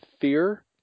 fear